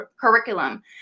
curriculum